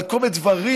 על כל מיני דברים,